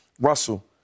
Russell